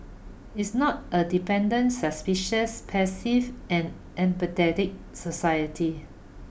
it's not a dependent suspicious passive and apathetic society